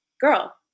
girl